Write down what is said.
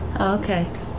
okay